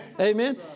Amen